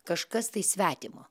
kažkas tai svetimo